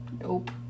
Nope